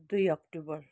दुई अक्टोबर